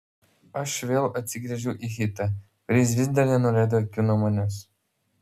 aš vėl atsigręžiau į hitą kuris vis dar nenuleido akių nuo manęs